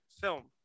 film